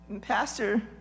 pastor